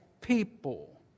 people